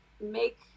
make